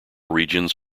regions